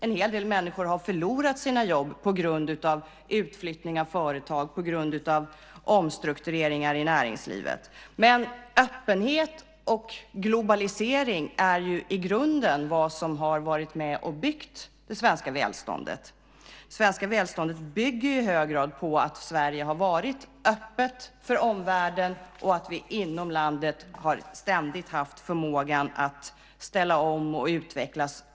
En hel del människor har förlorat sina jobb på grund av utflyttning av företag beroende på omstruktureringar i näringslivet. Öppenhet och globalisering är ju dock i grunden det som varit med och byggt det svenska välståndet. Det svenska välståndet bygger i hög grad på att Sverige har varit öppet för omvärlden och att vi inom landet ständigt har haft förmågan att ställa om och utvecklas.